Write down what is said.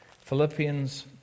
Philippians